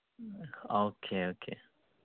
okay okay